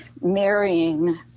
marrying